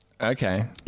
Okay